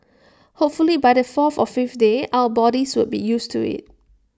hopefully by the fourth or fifth day our bodies would be used to IT